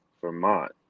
vermont